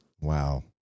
Wow